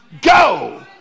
Go